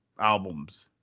albums